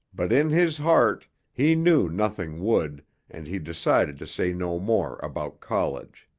but in his heart he knew nothing would and he decided to say no more about college.